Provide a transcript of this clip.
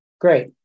Great